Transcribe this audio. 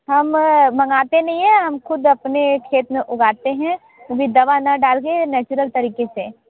हम मंगाते नहीं है हम ख़ुद अपने खेत में उगाते हैं वो भी दवा ना डाल के नेचुरल तरिक़े से